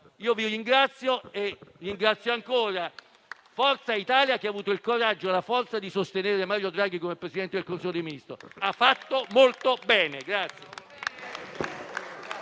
Io vi ringrazio e ringrazio ancora Forza Italia che ha avuto il coraggio e la forza di sostenere Mario Draghi come Presidente del Consiglio dei ministri. Ha fatto molto bene!